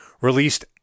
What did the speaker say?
released